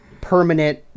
permanent